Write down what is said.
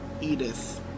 Edith